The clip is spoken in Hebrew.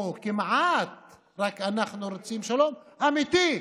או כמעט רק אנחנו רוצים שלום אמיתי,